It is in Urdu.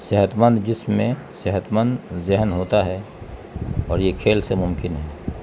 صحت مند جسم میں صحت مند ذہن ہوتا ہے اور یہ کھیل سے ممکن ہے